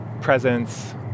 presence